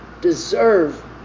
deserve